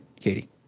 Katie